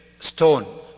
stone